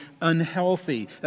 unhealthy